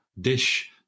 dish